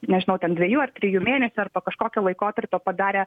nežinau ten dvejų ar trijų mėnesių arba kažkokio laikotarpio padarė